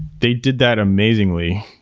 they did that amazingly.